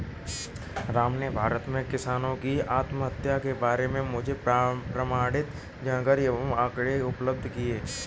राम ने भारत में किसानों की आत्महत्या के बारे में मुझे प्रमाणित जानकारी एवं आंकड़े उपलब्ध किये